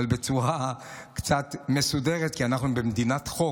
אבל בצורה קצת מסודרת, כי אנחנו במדינת חוק,